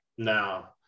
now